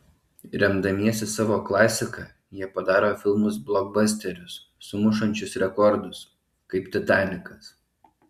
remdamiesi savo klasika jie padaro filmus blokbasterius sumušančius rekordus kaip titanikas